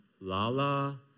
Lala